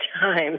time